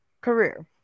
career